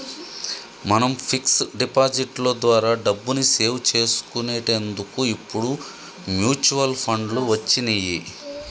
మనం fix deposit లో ద్వారా డబ్బుని సేవ్ చేసుకునేటందుకు ఇప్పుడు మ్యూచువల్ ఫండ్లు వచ్చినియ్యి